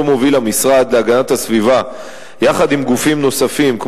שאותו מוביל המשרד להגנת הסביבה יחד עם גופים נוספים,